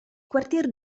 quartier